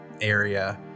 area